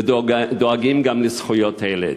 ודואגים גם לזכויות הילד.